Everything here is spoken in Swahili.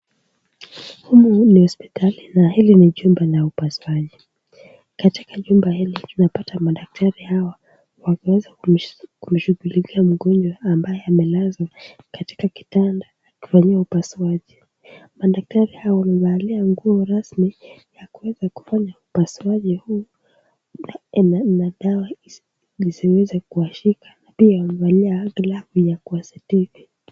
Humu ni hospitali na hili ni chumba la upasuaji. Katika chumba hili tunapata madaktari hawa wakiweza kumshughulikia mgonjwa ambaye amelazwa katika kitanda kufanyiwa upasuaji. Madaktari hawa wamevalia nguo rasmi ya kuweza kufanya upasuaji huu na dawa zisiweze kuwashika na pia wamevalia glavu ya kuwasitiri.